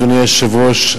אדוני היושב-ראש,